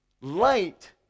light